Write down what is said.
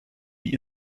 die